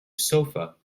sofa